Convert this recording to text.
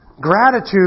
Gratitude